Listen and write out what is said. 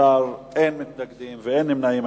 18, אין מתנגדים ואין נמנעים.